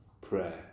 prayer